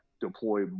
deploy